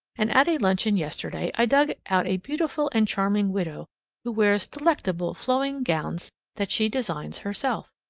and at a luncheon yesterday i dug out a beautiful and charming widow who wears delectable, flowing gowns that she designs herself.